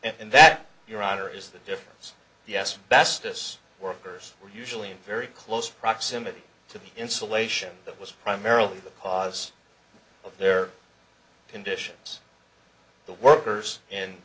in that your honor is the difference yes best us workers were usually in very close proximity to the insulation that was primarily the cause of their conditions the workers in